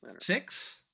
six